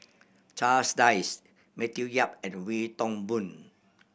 Charles Dyce Matthew Yap and Wee Toon Boon